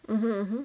mmhmm mmhmm